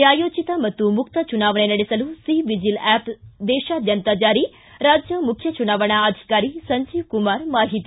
ನ್ಯಾಯೋಚಿತ ಮತ್ತು ಮುಕ್ತ ಚುನಾವಣೆ ನಡೆಸಲು ಸಿ ವಿಜಿಲ್ ಆ್ಕಪ್ ದೇಶಾದ್ಯಂತ ಜಾರಿ ರಾಜ್ಯ ಮುಖ್ಯ ಚುನಾವಣಾ ಅಧಿಕಾರಿ ಸಂಜೇವ ಕುಮಾರ್ ಮಾಹಿತಿ